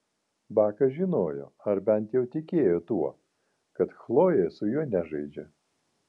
bakas žinojo ar bent jau tikėjo tuo kad chlojė su juo nežaidžia